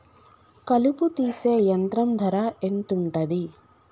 కలుపు తీసే యంత్రం ధర ఎంతుటది?